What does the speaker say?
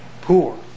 poor